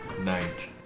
night